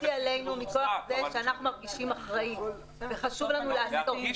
היא עלינו מכוח זה שאנחנו מרגישים אחראים וחשוב לנו לעשות.